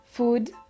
Food